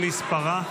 שמספרה?